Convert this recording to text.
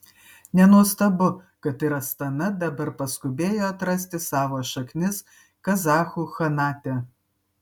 nenuostabu kad ir astana dabar paskubėjo atrasti savo šaknis kazachų chanate